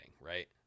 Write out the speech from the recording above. right